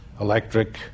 electric